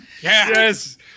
Yes